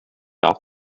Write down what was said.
off